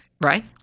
right